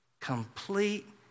Complete